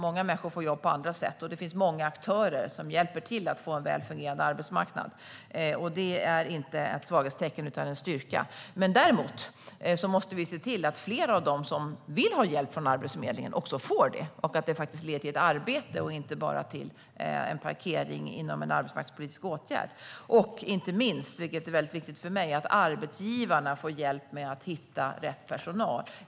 Många människor får jobb på andra sätt, och det finns flera aktörer som hjälper till att få en väl fungerande arbetsmarknad. Det är inte ett svaghetstecken utan en styrka. Däremot måste vi se till att flera av dem som vill ha hjälp från Arbetsförmedlingen också får det och att det faktiskt leder till ett arbete, inte bara till en parkering inom en arbetsmarknadspolitisk åtgärd, och inte minst - vilket är mycket viktigt för mig - leder till att arbetsgivarna får hjälp med att hitta rätt personal.